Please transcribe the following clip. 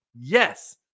yes